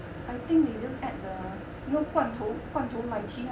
I think they just add the you know 罐头罐头 lychee